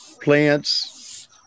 plants